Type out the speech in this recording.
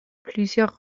plusieurs